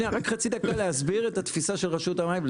רק חצי דקה להסביר את התפיסה של רשות המים,